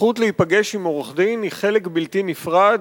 הזכות להיפגש עם עורך-דין היא חלק בלתי נפרד